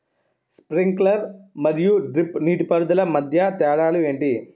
Sprinkler మరియు drip నీటిపారుదల మధ్య తేడాలు ఏంటి?